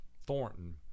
Thornton